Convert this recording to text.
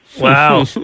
Wow